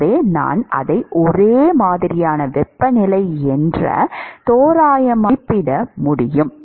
எனவே நான் அதை ஒரே மாதிரியான வெப்பநிலை என்று தோராயமாக மதிப்பிட முடியும்